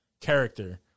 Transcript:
character